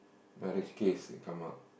another case it come up